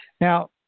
Now